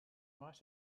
might